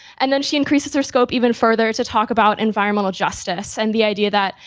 and then she increases her scope even further to talk about environmental justice. and the idea that,